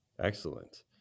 Excellent